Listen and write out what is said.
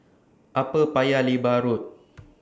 Upper Paya Lebar Road